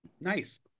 Nice